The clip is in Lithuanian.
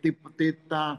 taip tai tą